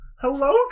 Hello